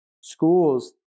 schools